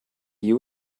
you